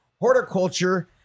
Horticulture